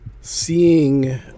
seeing